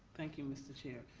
thank you, mr. chair.